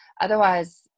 otherwise